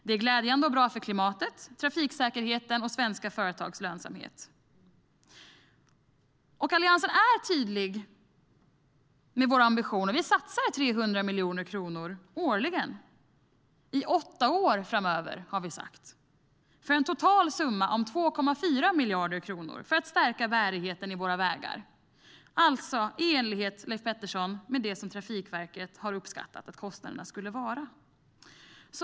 Det är glädjande och bra för klimaten, trafiksäkerheten och svenska företags lönsamhet. Vi i Alliansen är tydliga med våra ambitioner. Vi vill satsa 300 miljoner kronor årligen i åtta år framöver för en total summa om 2,4 miljarder på att stärka bärigheten i våra vägar. Det är i enlighet, Leif Pettersson, med det som Trafikverket har uppskattat att kostnaderna skulle vara.